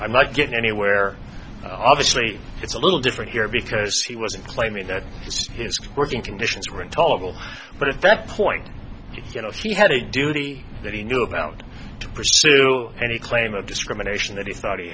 i'm not getting anywhere obviously it's a little different here because he wasn't claiming that his working conditions were intolerable but in fact point you know he had a duty that he knew about to pursue any claim of discrimination that he thought he